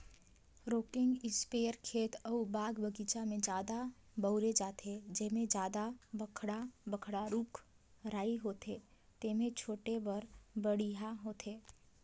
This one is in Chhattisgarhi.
रॉकिंग इस्पेयर खेत अउ बाग बगीचा में जादा बउरे जाथे, जेम्हे जादा बड़खा बड़खा रूख राई होथे तेम्हे छीटे बर बड़िहा होथे